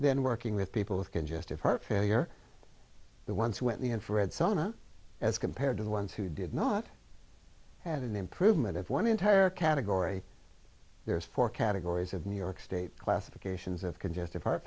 then working with people with congestive heart failure the ones who went the infrared sauna as compared to the ones who did not had an improvement of one entire category there's four categories of new york state classifications of congestive heart